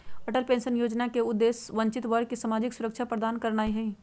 Atal pension जोजना के उद्देश्य वंचित वर्गों के सामाजिक सुरक्षा प्रदान करनाइ हइ